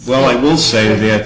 will i will say that